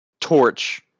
torch